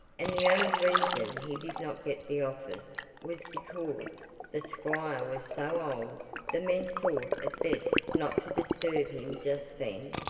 and the only reason he did not get the office was because the squire was so old the men thought it best not to disturb him just then.